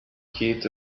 heat